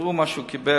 תראו מה שהוא קיבל,